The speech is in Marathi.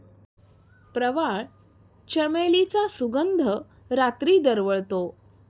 प्रवाळ, चमेलीचा सुगंध रात्री दरवळतो